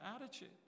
attitude